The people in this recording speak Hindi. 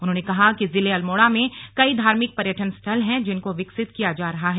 उन्होंने कहा कि जनपद अल्मोड़ा में कई धार्मिक पर्यटन स्थल है जिनको विकसित किया जा रहा है